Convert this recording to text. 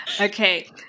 Okay